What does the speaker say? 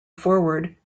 forward